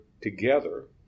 together